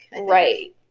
Right